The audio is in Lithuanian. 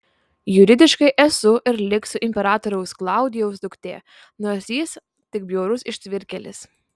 juridiškai esu ir liksiu imperatoriaus klaudijaus duktė nors jis tik bjaurus ištvirkėlis